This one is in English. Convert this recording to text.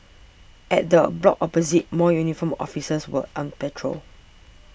at the block opposite more uniformed officers were on patrol